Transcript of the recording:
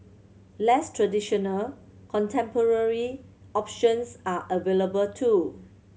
less traditional contemporary options are available too